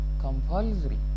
compulsory